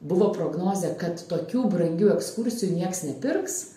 buvo prognozė kad tokių brangių ekskursijų nieks nepirks